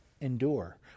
endure